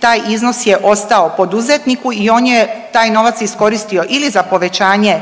taj iznos je ostao poduzetniku i on je taj novac iskoristio ili za povećanje